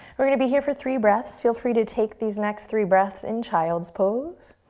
we're gonna be here for three breaths. feel free to take these next three breaths in child's pose.